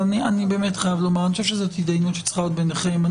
אני חושב שזאת התדיינות שצריכה להיות ביניכם.